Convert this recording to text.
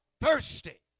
Thirsty